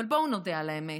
אבל בואו נודה על האמת,